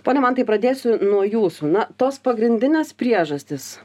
pone mantai pradėsiu nuo jūsų na tos pagrindinės priežastys